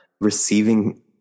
receiving